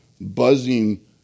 buzzing